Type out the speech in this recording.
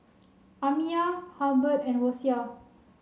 Amiya Halbert and Rosia